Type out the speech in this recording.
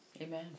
Amen